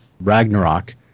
Ragnarok